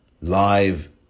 live